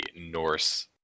Norse